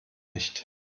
nicht